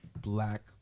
black